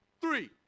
Three